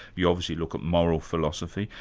you obviously look at moral philosophy,